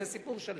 זה סיפור שלם.